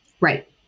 Right